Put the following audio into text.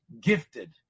gifted